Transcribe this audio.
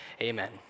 Amen